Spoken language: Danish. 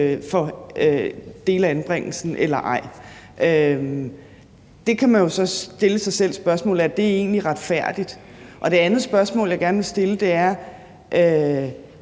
for dele af anbringelsen eller ej. Der kan man så stille spørgsmålet, om det egentlig er retfærdigt. Det andet spørgsmål, jeg gerne vil stille, er,